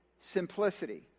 simplicity